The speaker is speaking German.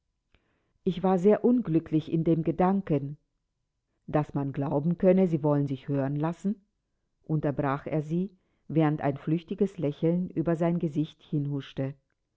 ich war sehr unglücklich in dem gedanken daß man glauben könne sie wollten sich hören lassen unterbrach er sie während ein flüchtiges lächeln über sein gesicht hinhuschte